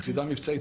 יחידה מבצעית,